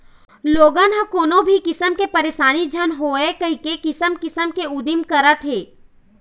लोगन ह कोनो भी किसम के परसानी झन होवय कहिके किसम किसम के उदिम करत हे